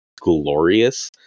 glorious